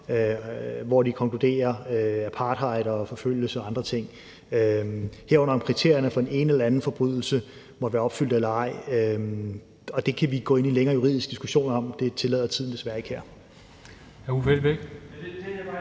for sine konklusioner om apartheid og forfølgelser og andre ting, herunder om kriterierne for den ene eller anden forbrydelse måtte være opfyldt eller ej. Det kan vi gå ind i en længere juridisk diskussion om; det tillader tiden desværre ikke her.